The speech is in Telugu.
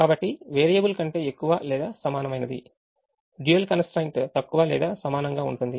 కాబట్టి వేరియబుల్ కంటే ఎక్కువ లేదా సమానమైనది డ్యూయల్ కన్స్ ట్రైన్ట్ తక్కువ లేదా సమానంగా ఉంటుంది